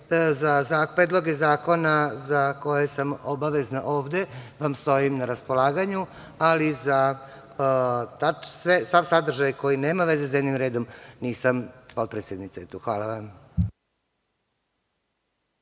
za predloge zakona za koje sam obavezna ovde vam stojim na raspolaganju, ali za sav sadržaj koji nema veze sa dnevnim redom nisam. Potpredsednica je tu. Hvala vam.